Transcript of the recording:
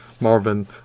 Marvin